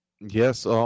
Yes